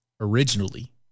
originally